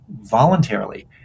voluntarily